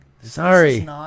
Sorry